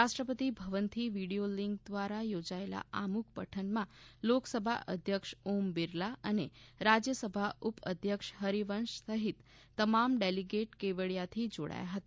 રાષ્ટ્રપતિ ભવનથી video link દ્વારા યોજાયેલા આમુખ પઠન માં લોકસભા અધ્યક્ષ ઓમ બિરલા અને રાજ્ય સભા ઉપઅધ્યક્ષ હરિવંશ સહિત તમામ ડેલીગેટ કેવડીયાથી જોડાયા હતા